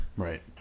Right